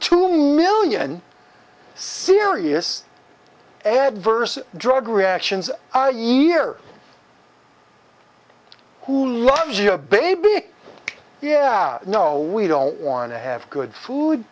two million serious adverse drug reactions are a year who loves you a baby yeah no we don't want to have good food